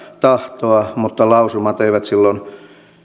tahtoa mutta lausumat eivät silloin